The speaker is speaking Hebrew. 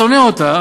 שונא אותה,